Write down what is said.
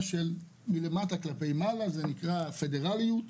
של "מלמטה כלפי מעלה" ומותאם לעקרון הפדרליות.